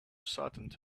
saddened